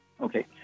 Okay